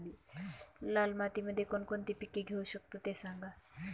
लाल मातीमध्ये कोणकोणती पिके घेऊ शकतो, ते सांगा